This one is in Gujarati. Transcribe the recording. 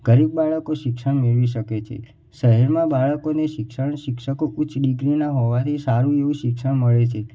ગરીબ બાળકો શિક્ષણ મેળવી શકે છે શહેરમાં બાળકોને શિક્ષણ શિક્ષકો ઉચ્ચ ડીગ્રીના હોવાથી સારું એવું શિક્ષણ મળે છે